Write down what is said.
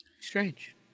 Strange